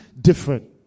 different